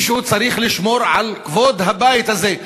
מישהו צריך לשמור על כבוד הבית הזה.